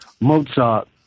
Mozart